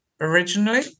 originally